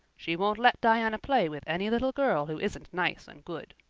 she won't let diana play with any little girl who isn't nice and good.